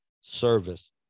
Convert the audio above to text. service